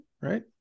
right